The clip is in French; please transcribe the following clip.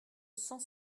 cent